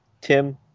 tim